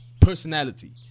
personality